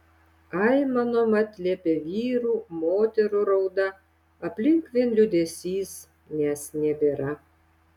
aimanom atliepia vyrų moterų rauda aplink vien liūdesys nes nebėra